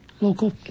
Local